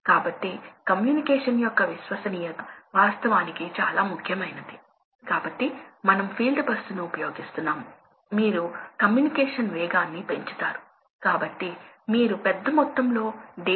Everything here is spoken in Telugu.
కాబట్టి ఈ యాక్సిస్ మీద మీకు ఈ CFM అంటే క్యూబిక్ ఫీట్ పర్ మినిట్ అంటే నిమిషానికి వాల్యూమ్ యొక్క యూనిట్ కాబట్టి ఇది వాల్యూమ్ ఫ్లో రేటు